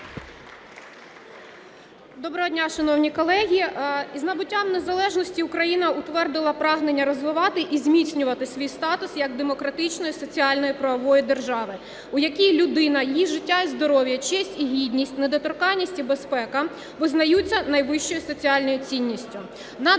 Доброго дня, шановні колеги! Із набуттям незалежності Україна утвердила прагнення розвивати і зміцнювати свій статус як демократичної соціальної правової держави, у якій людина, її життя і здоров'я, честь і гідність, недоторканність і безпека визнаються найвищою соціальною цінністю,